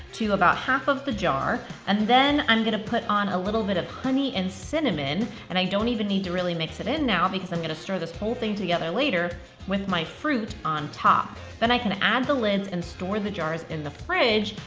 to about half of the jar. and then i'm gonna put on a little bit of honey and cinnamon, and i don't even need to really mix it in now because i'm gonna stir this whole thing together later with my fruit on top. then i can add the lids and store the jars in the fridge,